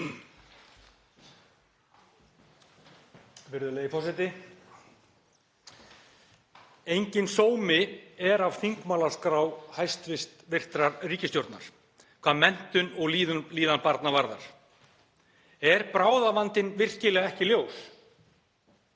Enginn sómi er að þingmálaskrá hæstv. ríkisstjórnar hvað menntun og líðan barna varðar. Er bráðavandinn virkilega ekki ljós?